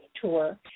Tour